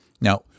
Now